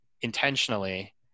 Intentionally